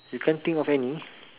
you can't think of any